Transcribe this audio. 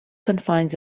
confines